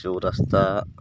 ଯେଉଁ ରାସ୍ତା